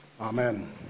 Amen